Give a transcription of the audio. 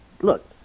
look